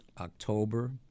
October